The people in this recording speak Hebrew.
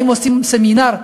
האם עושים סמינר?